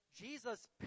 jesus